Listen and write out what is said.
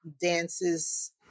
dances